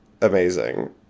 amazing